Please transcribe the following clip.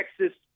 Texas